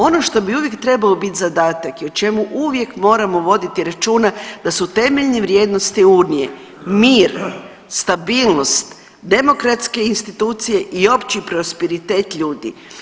Ono što bi uvijek trebalo biti zadatak i o čemu uvijek moramo voditi računa da su temeljne vrijednosti unije mir, stabilnost, demokratske institucije i opći prosperitet ljudi.